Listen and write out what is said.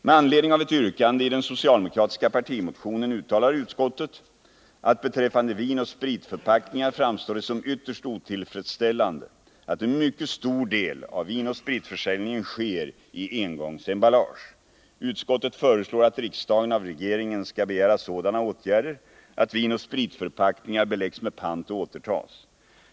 Med anledning av ett yrkande i den socialdemokratiska partimotionen uttalar utskottet att det beträffande vinoch spritförpackningar framstår såsom ytterst otillfredsställande att en mycket stor del av vinoch spritförsäljningen sker i engångsemballage. Utskottet föreslår att riksdagen av regeringen skall begära sådana åtgärder att vinoch spritförpackningar beläggs med pant och återtas.